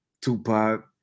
Tupac